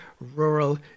rural